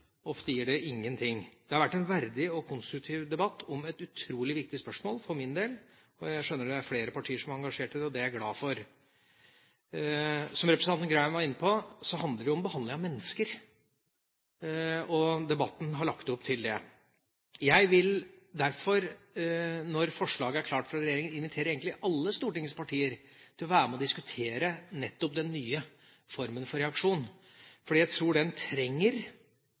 Ofte gir det ingenting. Dette har vært en verdig og konstruktiv debatt om et utrolig viktig spørsmål for min del. Jeg skjønner at det er flere partier som er engasjert i det, og det er jeg glad for. Som representanten Graham var inne på, handler det om behandlingen av mennesker, og debatten har lagt opp til det. Jeg vil derfor når forslaget er klart fra regjeringen, invitere alle Stortingets partier til å være med og diskutere nettopp den nye formen for reaksjon, for jeg tror den trenger